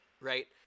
right